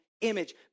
image